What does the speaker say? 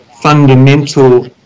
fundamental